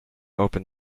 open